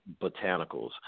botanicals